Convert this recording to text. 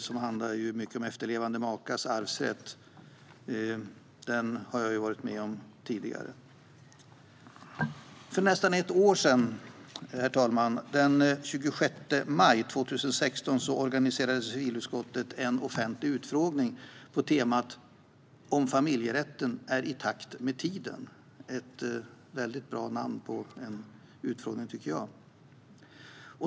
Den handlar mycket om efterlevande makars arvsrätt och har funnits med tidigare. Herr talman! För nästan ett år sedan, den 26 maj 2016, organiserade civilutskottet en offentlig utfrågning på temat om familjerätten är i takt med tiden. Det är ett väldigt bra namn på en utfrågning.